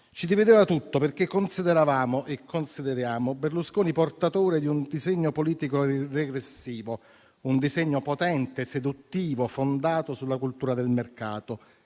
Ci divideva tutto, perché consideravamo e consideriamo Berlusconi portatore di un disegno politico regressivo, un disegno potente e seduttivo, fondato sulla cultura del mercato,